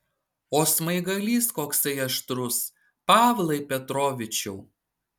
o smaigalys koksai aštrus pavlai petrovičiau